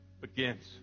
Begins